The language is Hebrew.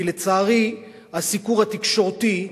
כי לצערי הסיקור התקשורתי,